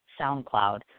SoundCloud